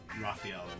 Raphael